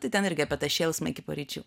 tai ten irgi apie tą šėlsmą iki paryčių